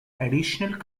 additional